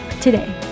today